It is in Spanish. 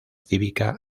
cívica